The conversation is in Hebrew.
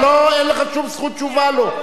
אין לך שום זכות תשובה לו.